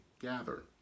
gather